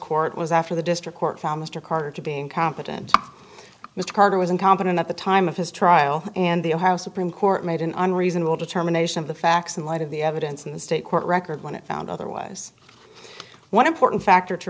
court was after the district court found mr carter to be incompetent mr carter was incompetent at the time of his trial and the house supreme court made an unreasonable determination of the facts in light of the evidence in the state court record when it found otherwise one important factor to